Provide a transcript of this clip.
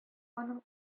аның